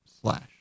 slash